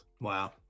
Wow